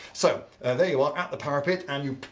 so there you are, at the parapet, and you.